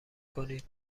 کنید